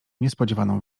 niespodzianą